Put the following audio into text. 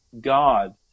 God